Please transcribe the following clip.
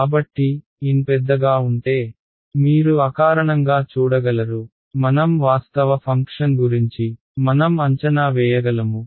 కాబట్టి n పెద్దగా ఉంటే మీరు అకారణంగా చూడగలరు మనం వాస్తవ ఫంక్షన్ గురించి మనం అంచనా వేయగలము